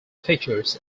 features